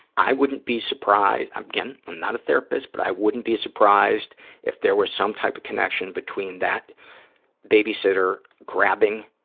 i wouldn't be surprised, again, i'm not a therapist, but i wouldn't be surprised if there was some type of connection between that babysitter grabbing